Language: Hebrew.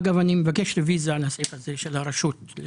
מי בעד פנייה מס' 229, מי נגד?